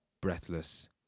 breathless